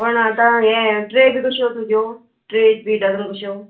पण आतां हें ट्रे बी कश्यो तुज्यो ट्रे बी डजन कश्यो